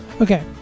okay